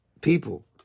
people